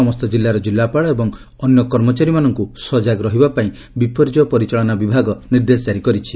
ସମସ୍ତ ଜିଲ୍ଲାର ଜିଲ୍ଲାପାଳ ଏବଂ ଅନ୍ୟ କର୍ମଚାରୀମାନଙ୍କୁ ସଜାଗ ରହିବାପାଇଁ ବିପର୍ଯ୍ୟ ପରିଚାଳନା ବିଭାଗ ନିର୍ଦ୍ଦେଶ ଜାରି କରିଛି